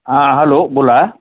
हां हॅलो बोला